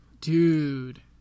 dude